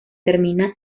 termina